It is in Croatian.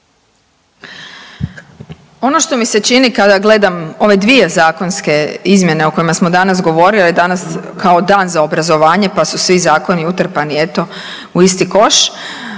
Ono što mi se čini kada gledam ove dvije zakonske izmjene o kojima smo danas govorili, danas kao dan za obrazovanje, pa su svi zakoni utrpani eto u isti koš